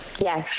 Yes